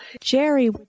Jerry